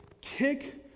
kick